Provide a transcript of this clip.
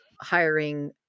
hiring